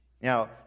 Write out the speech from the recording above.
Now